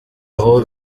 aho